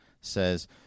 says